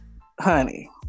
honey